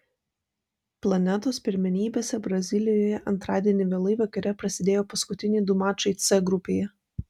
planetos pirmenybėse brazilijoje antradienį vėlai vakare prasidėjo paskutiniai du mačai c grupėje